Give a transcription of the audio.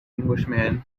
englishman